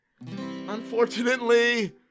unfortunately